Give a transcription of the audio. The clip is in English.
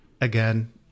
again